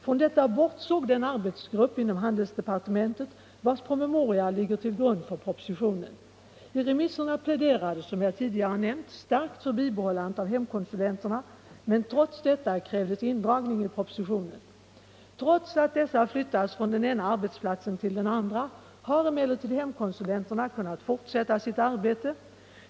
Från detta bortsåg den arbetsgrupp inom handelsdepartementet vars promemoria ligger till grund för propositionen. I remisserna pläderades — som jag tidigare nämnt — starkt för bibehållande av hemkonsulenterna, men trots detta krävdes indragning i propositionen. Trots att hemkonsulenterna flyttats från den ena arbetsplatsen till den andra har de emellertid kunnat fortsätta sitt arbete.